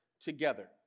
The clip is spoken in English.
together